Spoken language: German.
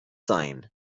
sein